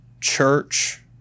church